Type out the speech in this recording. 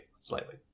Slightly